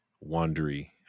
wandering